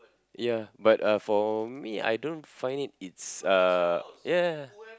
ya but uh for me I don't find it it's uh ya ya ya